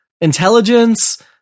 intelligence